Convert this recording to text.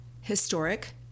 historic